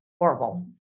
horrible